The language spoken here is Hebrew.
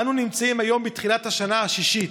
אנו נמצאים היום בתחילת השנה השישית,